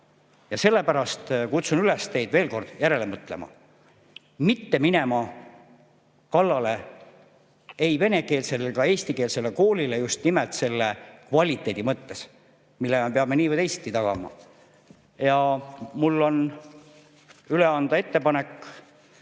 Sellepärast kutsun teid veel kord üles järele mõtlema ja mitte minema kallale ei venekeelsele ega eestikeelsele koolile just nimelt selle kvaliteedi mõttes, mille me peame nii või teisiti tagama. Mul on üle anda Eesti